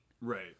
Right